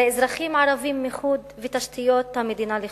זה אזרחים ערבים לחוד ותשתיות המדינה לחוד.